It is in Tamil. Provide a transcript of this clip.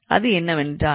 அது என்னவென்றால் ∇⃗𝑓 0⃗